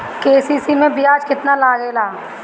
KCC मै ब्याज केतनि लागेला?